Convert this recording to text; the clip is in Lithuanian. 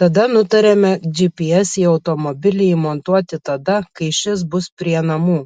tada nutarėme gps į automobilį įmontuoti tada kai šis bus prie namų